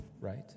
right